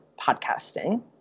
podcasting